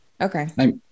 okay